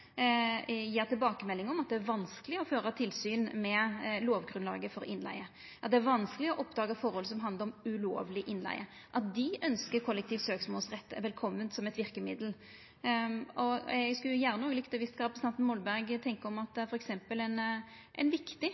tilbakemelding om at det er vanskeleg å føra tilsyn med lovgrunnlaget for innleige, at det er vanskeleg å oppdaga forhold som handlar om ulovleg innleige. Dei ønskjer kollektiv søksmålsrett velkommen som eit verkemiddel. Eg skulle gjerne òg ha visst kva representanten Molberg tenkjer om at f.eks. ein viktig og seriøs aktør som Statsbygg sjølv fortel, etter ein